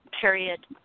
Period